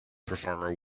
performer